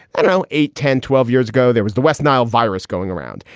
you know eight, ten, twelve years ago, there was the west nile virus going around.